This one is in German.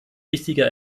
wichtiger